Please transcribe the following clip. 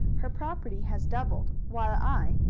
her property has doubled, while i,